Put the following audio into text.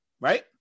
Right